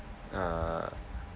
uh